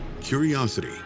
curiosity